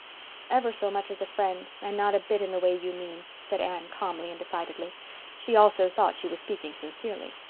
ever so much as a friend and not a bit in the way you mean, said anne calmly and decidedly she also thought she was speaking sincerely.